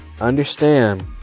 Understand